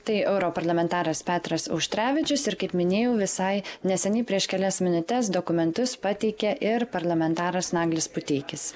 tai europarlamentaras petras auštrevičius ir kaip minėjau visai neseniai prieš kelias minutes dokumentus pateikė ir parlamentaras naglis puteikis